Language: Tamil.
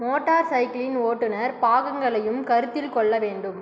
மோட்டார் சைக்கிளின் ஓட்டுநர் பாகங்களையும் கருத்தில் கொள்ள வேண்டும்